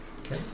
Okay